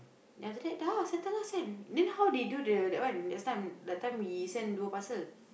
then after that dah ah settle lah send mean how they do the that one last time the time we sent dua parcel